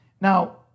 Now